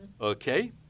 Okay